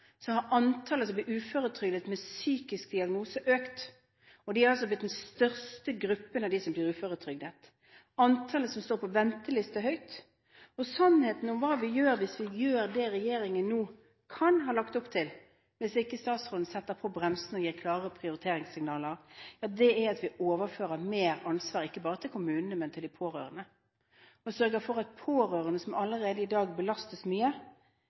har antallet som har blitt uføretrygdet med psykisk diagnose, økt. De er altså blitt den største gruppen av dem som blir uføretrygdet. Antallet som står på venteliste er høyt. Sannheten er at hvis vi gjør det regjeringen nå kan ha lagt opp til – hvis ikke statsråden setter på bremsene og gir klare prioriteringssignaler – overfører vi mer ansvar ikke bare til kommunene, men også til de pårørende. Det sørger for at pårørende, som allerede i dag belastes mye